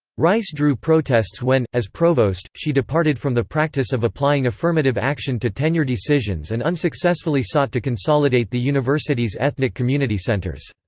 rice drew protests when, as provost, she departed from the practice of applying affirmative action to tenure decisions and unsuccessfully sought to consolidate the university's ethnic community centers.